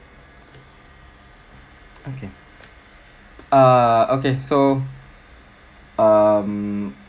okay err okay so um